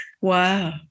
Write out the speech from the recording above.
Wow